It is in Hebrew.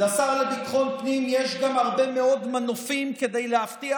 לשר לביטחון פנים יש גם הרבה מאוד מנופים כדי להבטיח